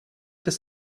des